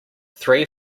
three